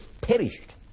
perished